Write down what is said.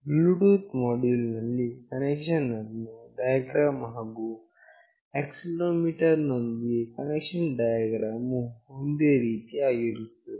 Bluetooth module ನೊಂದಿಗಿನ connection diagram ಹಾಗು accelerometer ನೊಂದಿಗಿನ ಕನೆಕ್ಷನ್ ಡಯಾಗ್ರಾಮ್ ವು ಒಂದೇ ರೀತಿ ಆಗಿರುತ್ತದೆ